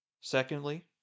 Secondly